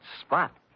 spot